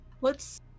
let's-